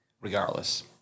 regardless